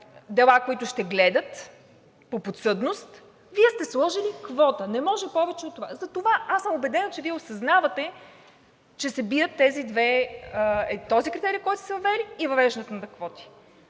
дела, които ще гледат по подсъдност, Вие сте сложили квота. Не може повече от това. Затова аз съм убедена, че Вие осъзнавате, че се бият този критерий, който сте въвели, и въвеждането на квоти.